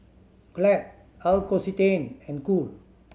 Glad L'Occitane and Cool